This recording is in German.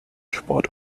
sport